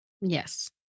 Yes